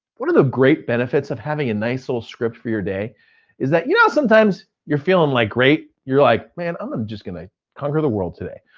one of the great benefits of having a nice little script for your day is that you know sometimes, you're feeling like great, you're like, man, i'm um just gonna conquer the world today.